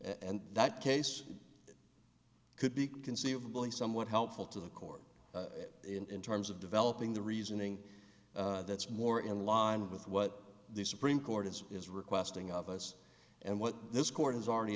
and that case could be conceivably somewhat helpful to the board in terms of developing the reasoning that's more in line with what the supreme court is is requesting of us and what this court has already